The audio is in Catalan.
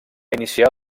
iniciar